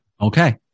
Okay